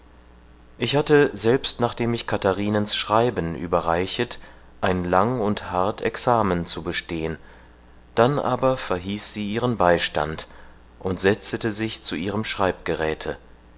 ich hatte selbst nachdem ich katharinens schreiben überreichet ein lang und hart examen zu bestehen dann aber verhieß sie ihren beistand und setzete sich zu ihrem